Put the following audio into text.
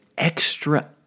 extra